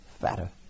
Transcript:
fatter